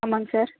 ஆமாம்ங்க சார்